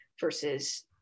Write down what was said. versus